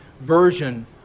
version